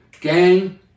Gang